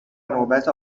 نوبت